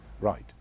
right